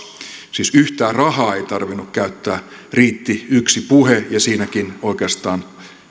siis yhtään rahaa ei tarvinnut käyttää riitti yksi puhe ja siinäkin oikeastaan